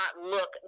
look